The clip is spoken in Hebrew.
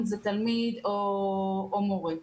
אם זה תלמיד או מורה.